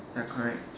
ya correct